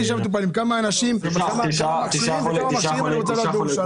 כמה מכשירים וכמה מכשירים בירושלים?